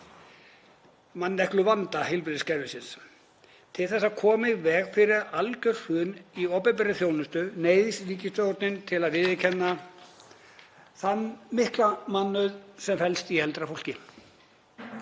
mannekluvanda heilbrigðiskerfisins. Til þess að koma í veg fyrir algjört hrun í opinberri þjónustu neyðist ríkisstjórnin til að viðurkenna þann mikla mannauð sem felst í eldra fólki.